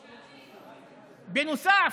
בנוסף,